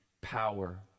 power